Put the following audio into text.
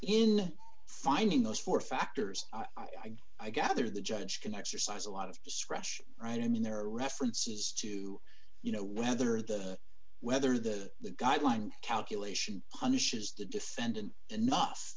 in finding those four factors i guess i gather the judge can exercise a lot of discretion right i mean there are references to you know whether the whether the the guideline calculation punishes the defendant enough